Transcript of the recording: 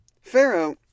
Pharaoh